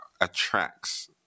attracts